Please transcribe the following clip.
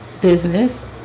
business